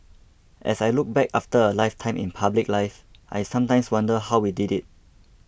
as I look back after a lifetime in public life I sometimes wonder how we did it